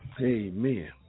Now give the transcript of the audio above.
Amen